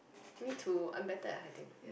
me too I'm better at hiding